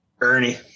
Ernie